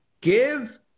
give